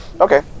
Okay